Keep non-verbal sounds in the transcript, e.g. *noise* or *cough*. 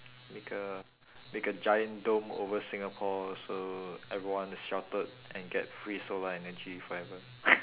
make a make a giant dome over singapore so everyone is sheltered and get free solar energy forever *noise*